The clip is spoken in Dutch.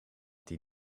die